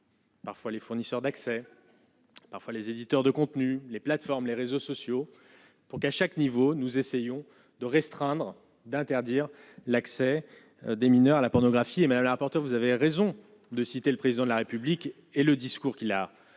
Parfois, les fournisseurs d'accès, parfois, les éditeurs de contenus, les plateformes, les réseaux sociaux pour qu'à chaque niveau, nous essayons de restreindre d'interdire l'accès des mineurs à la pornographie et Madame la rapporteure, vous avez raison de citer le président de la République et le discours qu'il a